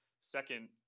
second